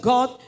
God